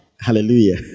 Hallelujah